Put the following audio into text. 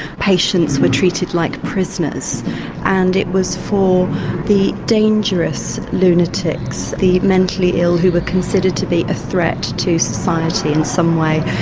patients were treated like prisoners and it was for the dangerous lunatics, the mentally ill who were considered to be a threat to society in some way.